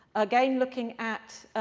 again looking at